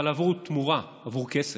אבל עבור תמורה, עבור כסף.